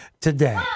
today